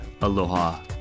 Aloha